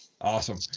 Awesome